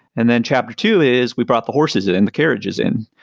and then chapter two is we brought the horses in and the carriages in.